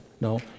no